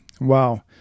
Wow